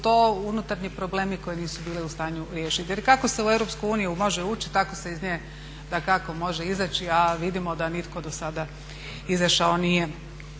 to unutarnji problemi koje nisu bili u stanju riješiti. Jer kako se u EU može ući tako se iz nje dakako može i izaći, a vidimo da nitko dosada izašao nije.